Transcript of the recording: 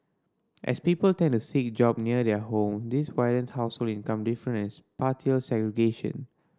as people tend to seek job near their home this widens household income difference spatial segregation